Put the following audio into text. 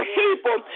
people